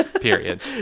period